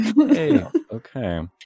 Okay